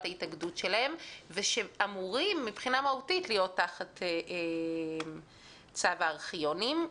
ההתאגדות שלהם ושאמורים מבחינה מהותית להיות תחת צו הארכיונים,